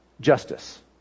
justice